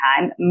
time